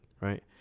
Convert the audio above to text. right